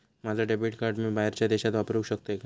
माझा debit card मी बाहेरच्या देशात वापरू शकतय काय?